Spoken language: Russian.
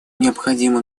необходимо